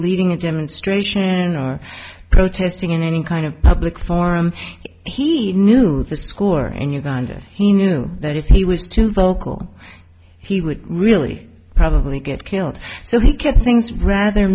leading a demonstration or protesting in any kind of public forum he knew the score in uganda he knew that if he was too vocal he would really probably get killed so he kept things rather